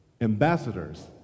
ambassadors